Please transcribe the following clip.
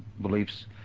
beliefs